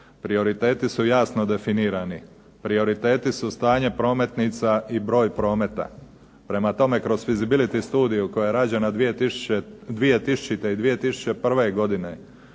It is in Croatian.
Prioriteti su jasno definirani. Prioriteti su stanje prometnica i broj prometa. Prema tome, kroz visibility studiju koja je rađena 2000. i 2001. godine